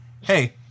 hey